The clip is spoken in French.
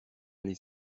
les